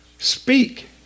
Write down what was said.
Speak